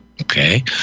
okay